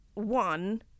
one